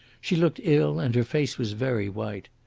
she looked ill, and her face was very white.